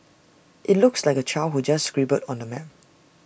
IT looks like A child who just scribbled on the map